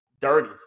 dirty